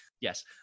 Yes